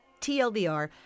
TLDR